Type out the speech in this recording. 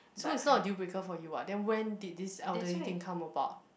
so it's not a deal breaker for you [what] then when did this elderly thing come about